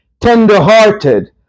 tender-hearted